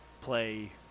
play